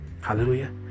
Hallelujah